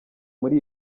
muri